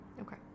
Okay